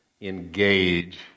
engage